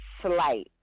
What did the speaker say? slight